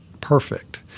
perfect –